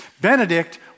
Benedict